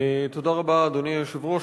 תודה רבה, אדוני היושב-ראש.